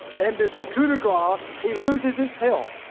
and then the coup de gras, he loses his health.